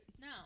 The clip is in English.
No